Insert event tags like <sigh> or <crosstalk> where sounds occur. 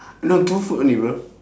<noise> no two food only bro